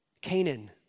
Canaan